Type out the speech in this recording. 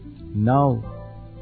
now